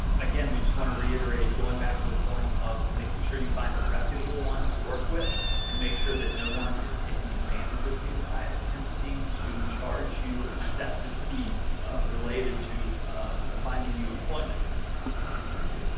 again, we just wanna reiterate going back to the point of making sure you find a reputable one to work with and make sure that no one is taking advantage of you by attempting to charge you excessive fees related to finding you employment. omar ok.